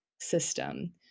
system